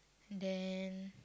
and then